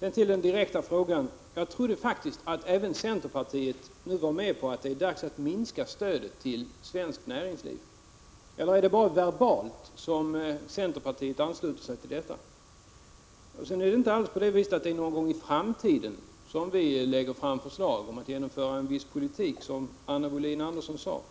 Sedan till den direkta frågan. Jag trodde faktiskt att även centerpartiet nu var med på att det är dags att minska stödet till svenskt näringsliv. Eller är det bara verbalt som centerpartiet ansluter sig till detta? Det är inte alls någon gång i framtiden som vi lägger fram förslag om att genomföra en viss politik, som Anna Wohlin-Andersson sade.